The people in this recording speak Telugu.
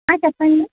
చెప్పండి